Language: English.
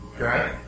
Okay